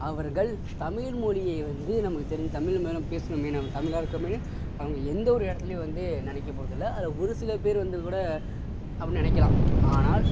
அவர்கள் தமிழ் மொழியை வந்து நமக்கு தெரிஞ்ச தமிழன் தான பேசுவோமே நம்ம தமிழா இருக்கோமேனு அவங்க எந்த ஒரு இடத்துலியும் வந்து நினைக்க போகிறதில்ல அது ஒரு சில பேரு வந்து கூட அப்படி நினைக்கிலான் ஆனால்